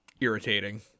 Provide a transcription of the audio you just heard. irritating